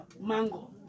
mango